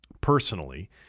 personally